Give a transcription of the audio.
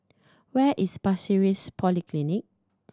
where is Pasir Ris Polyclinic